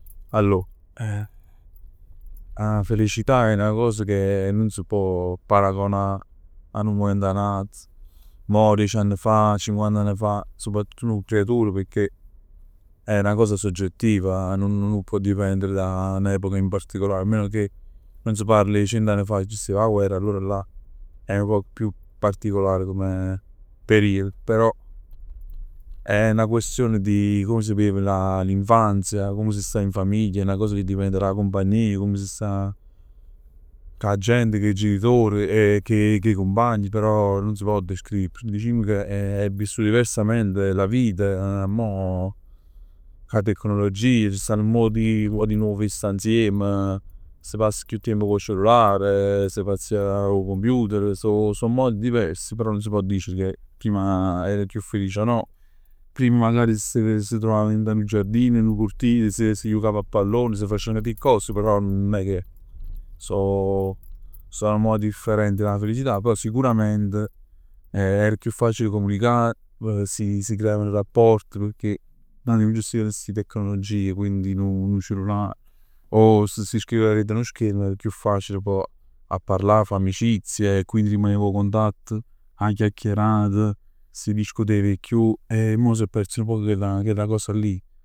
Allor eh 'a felicità è 'na cosa ca nun s' pò paragonà 'a nu moment 'a n'ato. Mo diec'ann fa, cinquan'ann fa, soprattutt p' nu creatur pecchè è 'na cosa soggettiva e nun può dipendere da n'epoca in particolare, a meno che non si parla 'e cient'anni fa ca c' stev 'a guerr e allora là è nu poc chiù particolare come periodo, però è 'na questione di come si vive l'infanzia, di come si sta in famiglia, 'na cosa che dipende d' 'a compagnia, come si sta cu 'a gent, cu 'e genitor, cu 'e cumpagn, però nun si pò descrivere. Dicimm che è vissut diversamente 'a vita a mo, 'a tecnologia, ci stanno modi nuovi 'e sta insiem, s' pass chiù tiemp cu 'o cellular, si pazzea cu 'o computer, so modi diversi, però nun si pò dicere che prima erano chiù felic o no. Prima magari si stev, si truvavan dint 'a nu giardin, dint 'a nu cortile, si jucav a pallone, si facevano 'ate cose, però non è che so, so modi differenti da 'a felicità. Però sicurament era più facile comunicare, si si creavano rapporti pecchè, prima nun ci steven sti tecnologie, quindi nu cellullar, o se si scriveva adderet a nu schermo era chiù facile pò a parlà, a fa amicizie, e quindi rimaneva 'o contatto, 'a chiacchierata, si discutev 'e chiù. E mo s'è perso nu poc chella cosa lì.